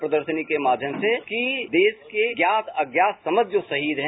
प्रदर्शनी के माध्यम से कि देश के या अज्ञात समस्त शहीद हैं